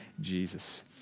Jesus